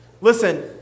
Listen